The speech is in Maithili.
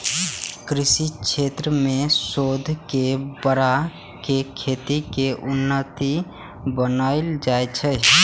कृषि क्षेत्र मे शोध के बढ़ा कें खेती कें उन्नत बनाएल जाइ छै